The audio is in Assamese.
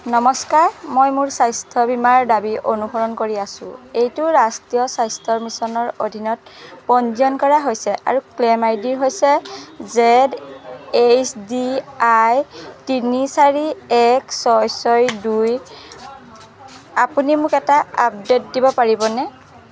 নমস্কাৰ মই মোৰ স্বাস্থ্য বীমাৰ দাবী অনুসৰণ কৰি আছো এইটো ৰাষ্ট্ৰীয় স্বাস্থ্য মিছনৰ অধীনত পঞ্জীয়ন কৰা হৈছে আৰু ক্লেইম আই ডি হৈছে জেদ এইচ ডি আই তিনি চাৰি এক ছয় ছয় দুই আপুনি মোক এটা আপডে'ট দিব পাৰিবনে